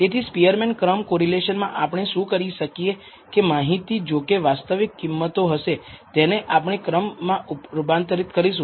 તેથી સ્પીઅરમેન ક્રમ કોરિલેશન માં આપણે શું કરીશું કે માહિતી જોકે વાસ્તવિક કિંમતો હશે તેને આપણે ક્રમ માં રૂપાંતરિત કરીશું